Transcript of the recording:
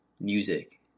music